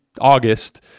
August